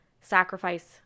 sacrifice